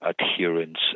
adherence